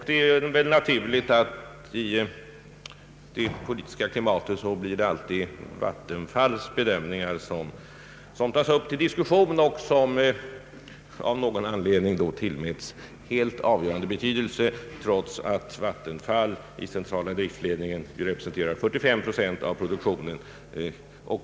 Det är naturligt att det i det politiska klimatet alltid blir Vattenfalls bedömningar som tas upp till diskussion och att dessa av någon anledning då tillmäts helt avgörande betydelse, trots att Vattenfall i centrala driftledningen ju representerar bara 45 procent av produktionen.